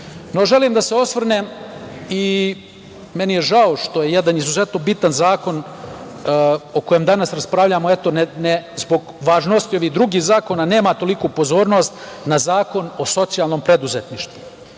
pola. Želim da se osvrnem, i meni je žao što jedan izuzetno bitan zakon o kojem danas raspravljamo, zbog važnosti ovih drugih zakona, nema toliku pozornost, na Zakon o socijalnom preduzetništvu. Podsetiću